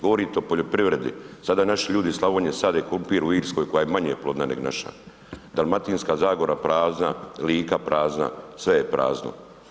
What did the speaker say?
Govorite o poljoprivredi, sada naši ljudi iz Slavonije sade krumpir u Irskoj koja je manje plodna neg naša, Dalmatinska zagora prazna, Lika prazna, sve je prazno.